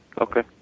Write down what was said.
Okay